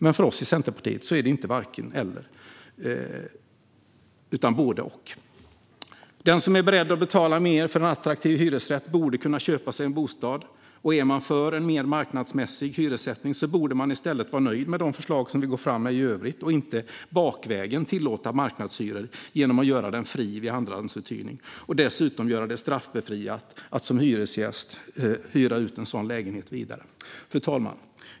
Men för oss i Centerpartiet är det inte varken eller utan både och. Den som är beredd att betala mer för en attraktiv hyresrätt borde kunna köpa sig en bostad, och är man för en mer marknadsmässig hyressättning borde man i stället vara nöjd med de förslag vi går fram med i övrigt och inte bakvägen tillåta marknadshyror genom att göra dem fria vid andrahandsuthyrning och dessutom göra det straffbefriat att som hyresgäst hyra ut en sådan lägenhet vidare. Fru talman!